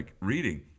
reading